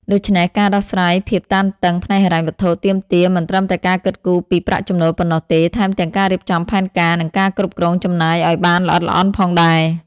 ដូច្នេះ ការដោះស្រាយភាពតានតឹងផ្នែកហិរញ្ញវត្ថុ ទាមទារមិនត្រឹមតែការគិតគូរពីប្រាក់ចំណូលប៉ុណ្ណោះទេ ថែមទាំងការរៀបចំផែនការ និងការគ្រប់គ្រងចំណាយឲ្យបានល្អិតល្អន់ផងដែរ។